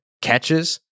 catches